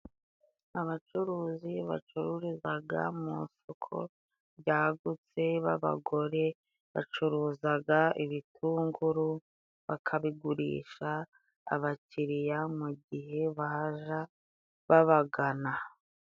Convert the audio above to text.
Abacuruzi bacururizaga mu soko ryagutse b'abagore, bacuruzaga ibikunguru bakabigurisha abakiriya mu gihe baza babagana.